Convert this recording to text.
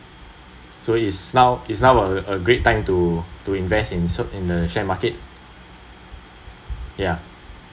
so is now is now a a great time to to invest in in the share market yeah